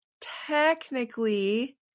technically